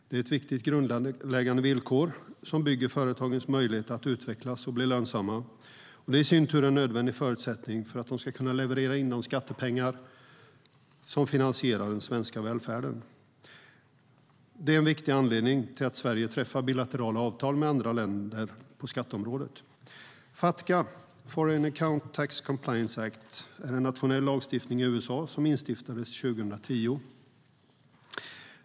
Det är ett viktigt grundläggande villkor som bygger företagens möjligheter att utvecklas och bli lönsamma. Det är i sin tur en nödvändig förutsättning för att de ska kunna leverera de skattepengar som finansierar den svenska välfärden. Detta är en viktig anledning till att Sverige träffar bilaterala avtal med andra länder på skatteområdet. Fatca, Foreign Account Tax Compliance Act, är en nationell lag i USA som instiftades 2010.